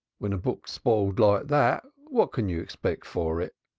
when a book's spiled like that, what can you expect for it?